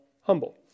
humble